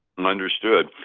um understood.